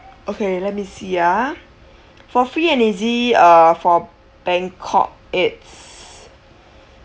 okay let me see ah for free and easy uh for bangkok it's